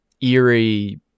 eerie